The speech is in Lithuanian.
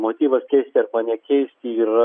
motyvas keisti arba nekeisti yra